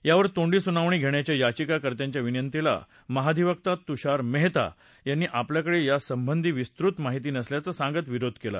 यावर तोंडी सुनावणी घेण्याच्या याचिका कर्त्यांच्या विनंतीला महाधिवक्ता तुषार मेहता यांनी आपल्याकडे यासंबंधी विस्तृत माहिती नसल्याचं सांगत विरोध केला